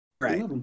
right